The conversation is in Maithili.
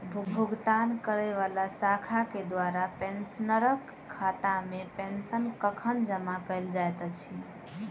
भुगतान करै वला शाखा केँ द्वारा पेंशनरक खातामे पेंशन कखन जमा कैल जाइत अछि